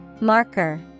Marker